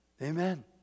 Amen